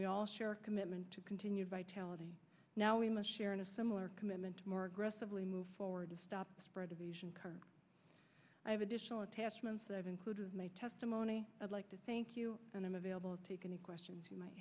we all share a commitment to continued vitality now we must share in a similar commitment more aggressively move forward to stop the spread of i have additional attachments i've included testimony i'd like to thank you and i'm available to take any questions you might